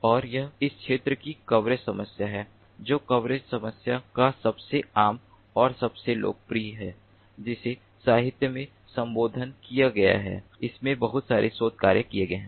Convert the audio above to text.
और यह इस क्षेत्र की कवरेज समस्या है जो कवरेज समस्या का सबसे आम और सबसे लोकप्रिय रूप है जिसे साहित्य में संबोधित किया गया है इसमें बहुत सारे शोध कार्य किए गए हैं